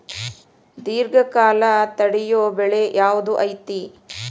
ದೇರ್ಘಕಾಲ ತಡಿಯೋ ಬೆಳೆ ಯಾವ್ದು ಐತಿ?